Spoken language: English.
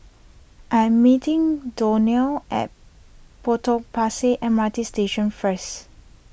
I am meeting Donell at Potong Pasir M R T Station first